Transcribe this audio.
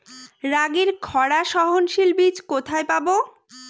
রাগির খরা সহনশীল বীজ কোথায় পাবো?